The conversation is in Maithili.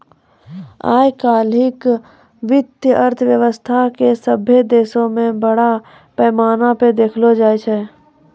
आइ काल्हि वित्तीय अर्थशास्त्रो के सभ्भे देशो मे बड़ा पैमाना पे देखलो जाय छै